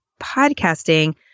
podcasting